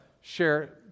share